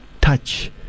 touch